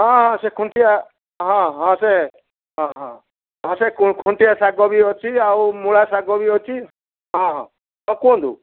ହଁ ହଁ ସେ ଖୁଣ୍ଟିଆ ହଁ ହଁ ସେ ହଁ ହଁ ହଁ ସେ ଖୁଣ୍ଟିଆ ଶାଗ ବି ଅଛି ଆଉ ମୂଳା ଶାଗ ବି ଅଛି ହଁ ହଁ ହଁ କୁହନ୍ତୁ